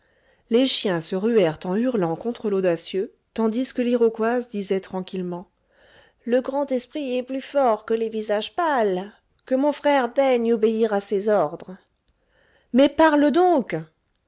les chiens se ruèrent en hurlant contre l'audacieux tandis que l'iroquoise disait tranquillement le grand esprit est plus fort que les visages pales que mon frère daigne obéir à ses ordres mais parle donc